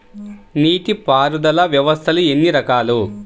నీటిపారుదల వ్యవస్థలు ఎన్ని రకాలు?